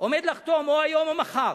עומד לחתום או היום או מחר,